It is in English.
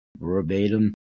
verbatim